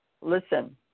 listen